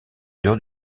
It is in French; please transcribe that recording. dehors